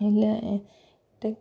ഇല്ല ടെക്